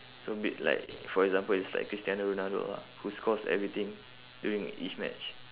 so be like for example is like christiano ronaldo lah who scores everything during each match